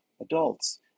adults